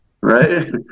right